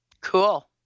Cool